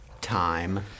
Time